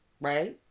right